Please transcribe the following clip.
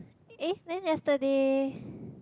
eh then yesterday